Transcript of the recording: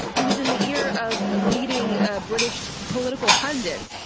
who's in the ear of leading a british political pundits,